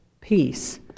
peace